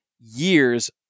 years